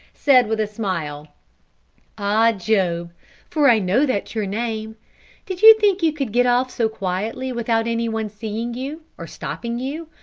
said, with a smile ah, job for i know that's your name did you think you could get off so quietly without any one seeing you, or stopping you,